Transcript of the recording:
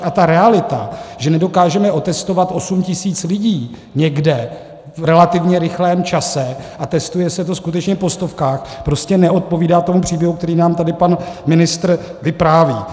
A ta realita, že nedokážeme otestovat 8 tisíc lidí někde v relativně rychlém čase a testuje se to skutečně po stovkách, prostě neodpovídá tomu příběhu, který nám tady pan ministr vypráví.